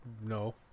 no